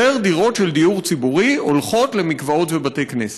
יותר דירות של דיור ציבורי הולכות למקוואות ובתי כנסת.